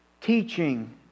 teaching